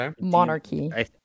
Monarchy